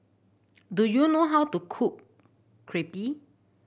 do you know how to cook Crepe